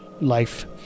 life